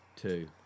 Two